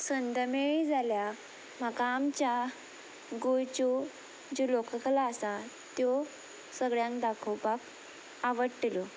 संद मेळ्ळी जाल्या म्हाका आमच्या गोंयच्यो ज्यो लोककला आसा त्यो सगळ्यांक दाखोवपाक आवडटल्यो